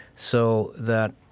so that,